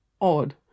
odd